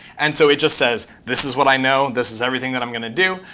and so it just says, this is what i know. this is everything that i'm going to do.